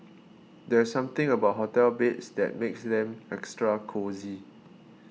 there's something about hotel beds that makes them extra cosy